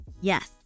yes